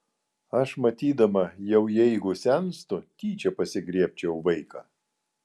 aš matydama jau jeigu senstu tyčia pasigriebčiau vaiką